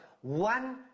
one